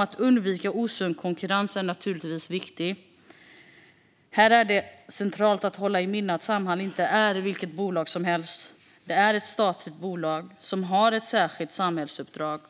Att undvika osund konkurrens är naturligtvis viktigt. Här är det viktigt att hålla i minnet att Samhall inte är vilket bolag som helst utan ett statligt bolag som har ett särskilt samhällsuppdrag.